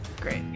great